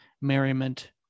merriment